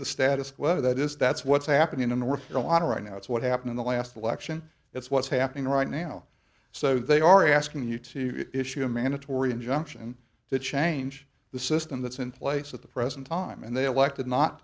the status quo that is that's what's happening in north carolina right now it's what happened in the last election that's what's happening right now so they are asking you to issue a mandatory injunction to change the system that's in place at the present time and they elected not